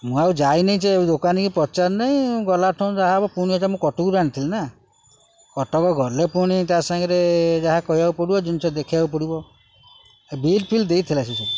ମୁଁ ଆଉ ଯାଇନି ଯେ ଦୋକାନୀ ପଚାରିନାହିଁ ମୁଁ ଗଲା ଠୁ ଯାହା ହବ ପୁଣି ଆଣିଚି ମୁଁ କଟକରୁ ଆଣିଥିଲି ନା କଟକ ଗଲେ ପୁଣି ତା' ସାଙ୍ଗରେ ଯାହା କହିବାକୁ ପଡ଼ିବ ଜିନିଷ ଦେଖିବାକୁ ପଡ଼ିବ ଏ ବିଲ୍ ଫିଲ୍ ଦେଇଥିଲା ସେସବୁ